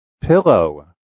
Pillow